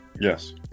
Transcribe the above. Yes